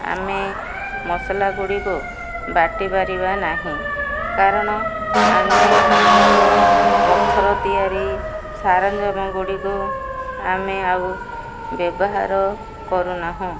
ଆମେ ମସଲାଗୁଡ଼ିକୁ ବାଟି ପାରିବା ନାହିଁ କାରଣ ଆମେ ଆମର ପଥର ତିଆରି ସାରଞ୍ଜମଗୁଡ଼ିକୁ ଆମେ ଆଉ ବ୍ୟବହାର କରୁନାହୁଁ